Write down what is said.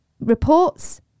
reports